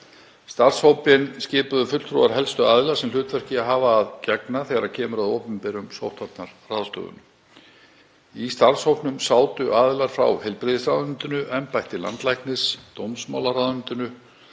Starfshópinn skipuðu fulltrúar helstu aðila sem hlutverki hafa að gegna þegar kemur að opinberum sóttvarnaráðstöfunum. Í starfshópnum sátu aðilar frá heilbrigðisráðuneytinu, embætti landlæknis, dómsmálaráðuneytinu,